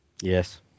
Yes